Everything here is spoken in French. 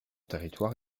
territoire